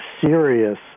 serious